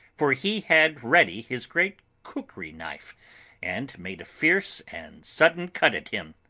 for he had ready his great kukri knife and made a fierce and sudden cut at him.